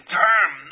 term